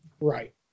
Right